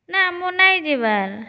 ନାଁ ମୁଁ ନାଇଁ ଯିବାର